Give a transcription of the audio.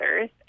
earth